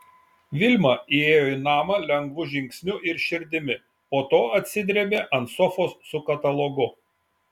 vilma įėjo į namą lengvu žingsniu ir širdimi po to atsidrėbė ant sofos su katalogu